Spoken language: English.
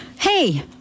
hey